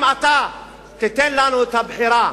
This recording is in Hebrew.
אם אתה תיתן לנו את הבחירה